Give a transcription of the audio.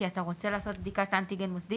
כי אתה רוצה לעשות בדיקת אנטיגן מוסדי